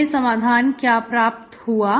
हमें समाधान क्या प्राप्त हुआ